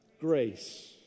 grace